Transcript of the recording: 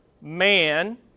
man